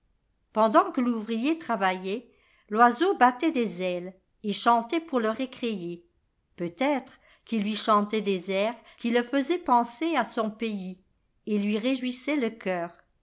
pendant que l'ouvrier travaillait l'oiseau battait des ailes et chantait pour le récréer peut-être qu'il lui chantait des airs qui le faisaient penser à son pays et lui réjouissaient le cœur